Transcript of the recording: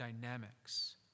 dynamics